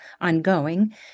ongoing